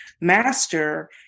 Master